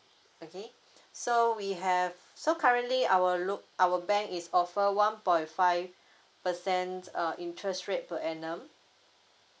okay so we have so currently our loa~ our bank is offer one point five percent uh interest rate per annum